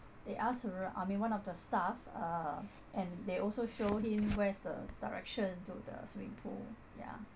they ask r~ I mean one of the staff uh and they also show him where's the direction to the swimming pool ya